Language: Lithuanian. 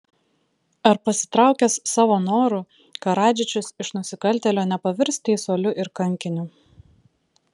ar pasitraukęs savo noru karadžičius iš nusikaltėlio nepavirs teisuoliu ir kankiniu